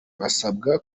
basabwa